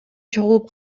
чогулуп